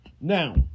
Now